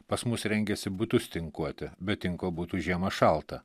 pas mus rengiasi butus tinkuoti be tinko būtų žiemą šalta